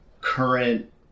current